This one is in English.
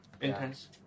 intense